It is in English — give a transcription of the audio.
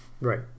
Right